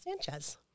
Sanchez